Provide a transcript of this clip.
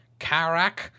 Karak